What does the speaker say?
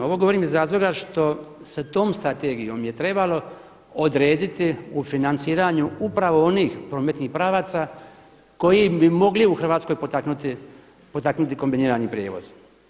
Ovo govorim iz razloga što se tom strategijom je trebalo odrediti u financiranju upravo onih prometnih pravaca koji bi mogli u Hrvatskoj potaknuti kombinirani prijevoz.